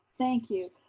thank you.